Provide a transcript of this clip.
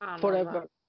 forever